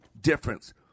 difference